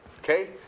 Okay